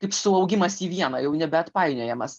kaip suaugimas į vieną jau nebeatpainiojamas